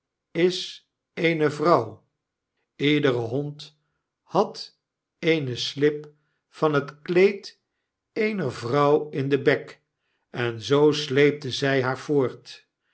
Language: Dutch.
is eene vrouw ledere hond had eene slip van het kleed eener vrouw in den bek en zoo sleepten zy haar voort